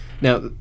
Now